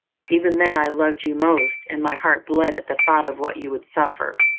even then i loved you most, and my heart bled at the thought of what you would suffer.